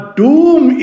doom